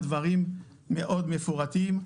דברים מאוד מפורטים.